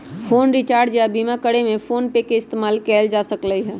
phone recharge या बीमा करे में फोनपे के इस्तेमाल कएल जा सकलई ह